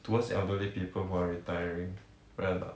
towards elderly people who are retiring right or not